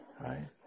Right